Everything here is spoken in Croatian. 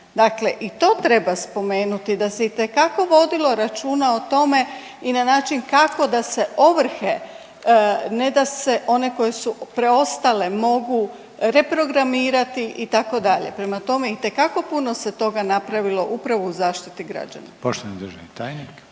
Dakle i to treba spomenuti da se itekako vodilo računa o tome i na način kako da se ovrhe ne da se one koje su preostale mogu reprogramirati itd. Prema tome itekako puno se toga napravilo upravo u zaštiti građana. **Reiner, Željko